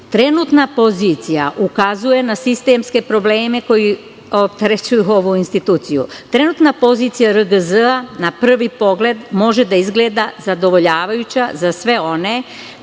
RGZ takođe ukazuju na sistemske probleme koji opterećuju ovu instituciju. Trenutna pozicija RGZ na prvi pogled može da izgleda zadovoljavajuće za sve one